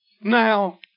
Now